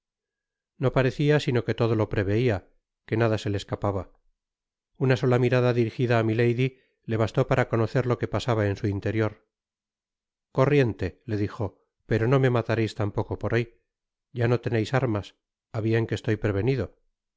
no parecia sino que todo lo preveia que nada se le escapaba una sola mirada dirigida á milady le bastó para conocer lo que pasaba en su interior corriente le dijo pero no me matareis tampoco por hoy ya no teneis armas á bien que estoy prevenido